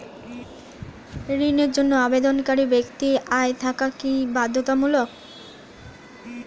ঋণের জন্য আবেদনকারী ব্যক্তি আয় থাকা কি বাধ্যতামূলক?